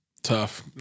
Tough